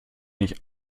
nicht